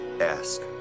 ask